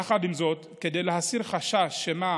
יחד עם זאת, כדי להסיר חשד שמא